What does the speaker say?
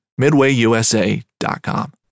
midwayusa.com